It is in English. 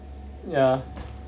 ya